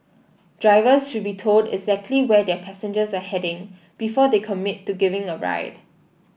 drivers should be told exactly where their passengers are heading before they commit to giving a ride